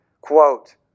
quote